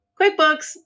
QuickBooks